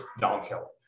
downhill